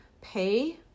pay